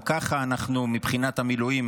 וגם ככה מבחינת המילואים